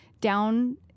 down